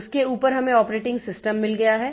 उसके ऊपर हमें ऑपरेटिंग सिस्टम मिल गया है